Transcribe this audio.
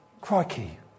crikey